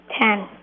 Ten